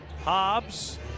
Hobbs